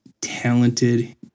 talented